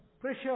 pressure